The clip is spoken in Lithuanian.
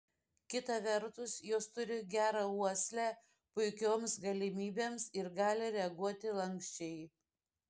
kita vertus jos turi gerą uoslę puikioms galimybėms ir gali reaguoti lanksčiai